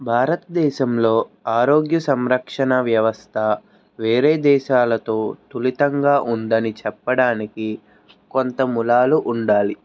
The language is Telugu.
భారతదేశంలో ఆరోగ్య సంరక్షణ వ్యవస్థ వేరే దేశాలతో తులితంగా ఉందని చెప్పడానికి కొంత ములాలు ఉండాలి